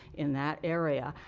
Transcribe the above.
in that area.